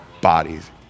bodies